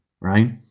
right